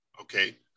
Okay